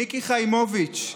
מיקי חיימוביץ',